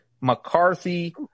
McCarthy –